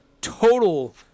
total